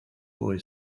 boy